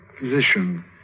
Physician